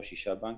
לא שישה בנקים,